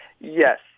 Yes